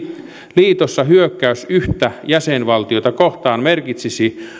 liitossa hyökkäys yhtä jäsenvaltiota kohtaan merkitsisi